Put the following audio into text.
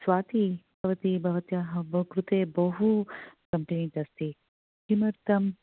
अस्तु स्वाती भवती भवत्याः मम कृते बहु कम्प्लेण्ट् अस्ति किमर्थम्